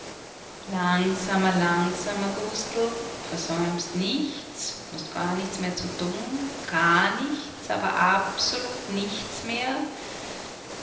langsamer langsamer gustl versäumst nichts hast gar nichts mehr zu tun gar nichts aber absolut nichts mehr